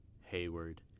Hayward